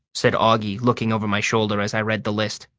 said auggie, looking over my shoulder as i read the list.